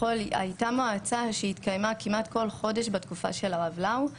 הייתה מועצה שהתקיימה כמעט כל חודש בתקופה של הרב לאו,